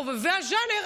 לחובבי הז'אנר,